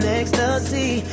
ecstasy